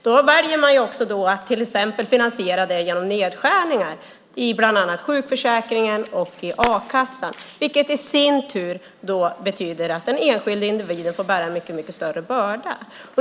Man väljer att finansiera detta genom nedskärningar i bland annat sjukförsäkringen och a-kassan, vilket i sin tur betyder att den enskilde individen får bära en mycket större börda.